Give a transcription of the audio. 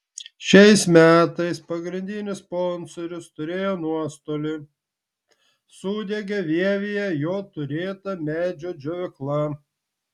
šiais metais pagrindinis sponsorius turėjo nuostolį sudegė vievyje jo turėta medžio džiovykla